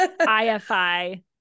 IFI